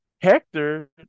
Hector